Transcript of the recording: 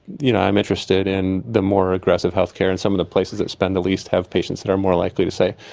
you know, i'm interested in the more aggressive healthcare and some of the places that spend the least have patients that are more likely to say,